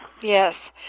Yes